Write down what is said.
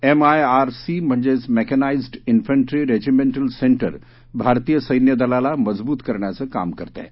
M I R C म्हणजेच mechanised infantry regimental centre भारतीय सैन्यदलाला मजबूत करण्याचं काम करत आहे